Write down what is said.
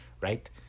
right